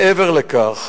מעבר לכך,